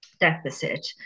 deficit